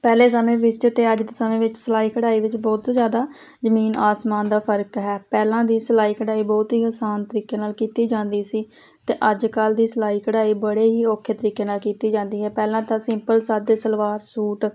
ਪਹਿਲੇ ਸਮੇਂ ਵਿੱਚ ਅਤੇ ਅੱਜ ਦੇ ਸਮੇਂ ਵਿੱਚ ਸਿਲਾਈ ਕਢਾਈ ਵਿੱਚ ਬਹੁਤ ਜ਼ਿਆਦਾ ਜ਼ਮੀਨ ਆਸਮਾਨ ਦਾ ਫ਼ਰਕ ਹੈ ਪਹਿਲਾਂ ਦੀ ਸਿਲਾਈ ਕਢਾਈ ਬਹੁਤ ਹੀ ਆਸਾਨ ਤਰੀਕੇ ਨਾਲ ਕੀਤੀ ਜਾਂਦੀ ਸੀ ਅਤੇ ਅੱਜ ਕੱਲ੍ਹ ਦੀ ਸਲਾਈ ਕਢਾਈ ਬੜੇ ਹੀ ਔਖੇ ਤਰੀਕੇ ਨਾਲ ਕੀਤੀ ਜਾਂਦੀ ਹੈ ਪਹਿਲਾਂ ਤਾਂ ਅਸੀਂ ਸਿੰਪਲ ਸਾਦੇ ਸਲਵਾਰ ਸੂਟ